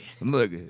Look